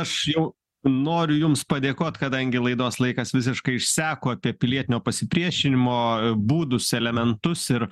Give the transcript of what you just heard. aš jau noriu jums padėkot kadangi laidos laikas visiškai išseko apie pilietinio pasipriešinimo būdus elementus ir